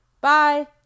Bye